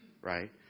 right